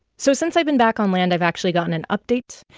so since i've been back on land, i've actually gotten an update.